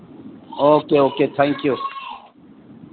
okay okay thank you